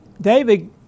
David